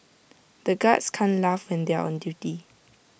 the guards can't laugh when they are on duty